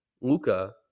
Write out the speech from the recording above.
Luca